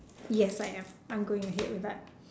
yes I am I am going ahead with that